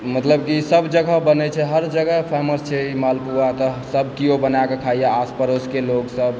मतलब कि सभ जगह बनय छै हर जगह फेमस छै ई मालपुआ तऽ सभ केओ बनाके खाइए आसपड़ोसके लोगसभ